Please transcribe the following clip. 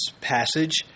passage